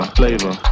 flavor